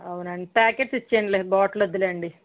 అవునా అండి పాకెట్స్ ఇచ్చేయండిలే బాటిల్ వద్ధులెండి